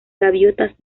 gaviotas